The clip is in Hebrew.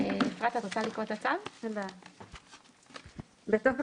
אני מבין שזה לא חוק,